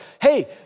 hey